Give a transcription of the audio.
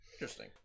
Interesting